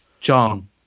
John